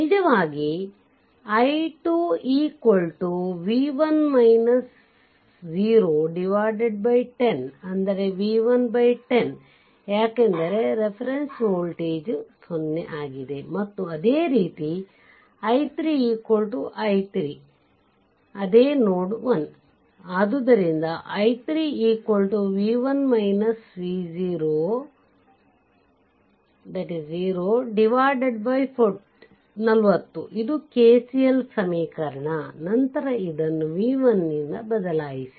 ನಿಜವಾಗಿ i2v1 010 v110 ಯಾಕೆಂದರೆ reference voltage ಮತ್ತು ಅದೇ ರೀತಿ i3 i3 ಅದೇ ನೋಡ್ 1 i3 40 ಇದು KCL ಸಮೀಕರಣ ನಂತರ ಇದನ್ನು v1 ನಿಂದ ಬದಲಾಯಿಸಿ